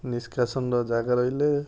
ନିଷ୍କାସନର ଜାଗା ରହିଲେ